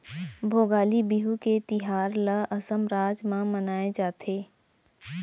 भोगाली बिहू के तिहार ल असम राज म मनाए जाथे